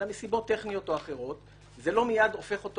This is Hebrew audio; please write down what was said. אלא מסיבות טכניות או אחרות; זה לא מיד הופך אותו